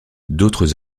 d’autres